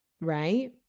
right